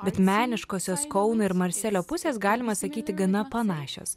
bet meniškosios kauno ir marselio pusės galima sakyti gana panašios